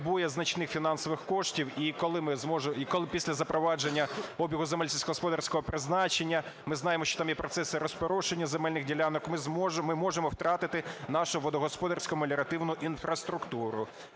значних фінансових коштів і коли після запровадження обігу земель сільськогосподарського призначення, ми знаємо, що там є процеси розпорошення земельних ділянок, ми можемо втратити нашу водогосподарсько-меліоративну інфраструктуру.